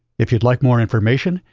if you'd like more information,